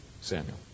Samuel